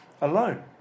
alone